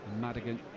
Madigan